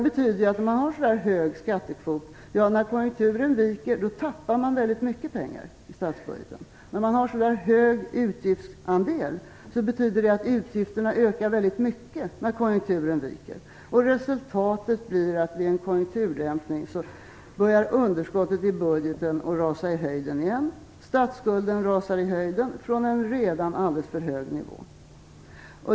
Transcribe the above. Om man har så hög skattekvot tappar man väldigt mycket pengar i statsbudgeten när konjunkturen viker. Om man har så hög utgiftsandel ökar utgifterna väldigt mycket när konjunkturen viker. Resultatet blir att underskottet i budgeten börjar rasa i höjden igen vid en konjunkturdämpning. Statsskulden rasar i höjden från en redan alldeles för hög nivå.